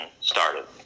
started